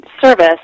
service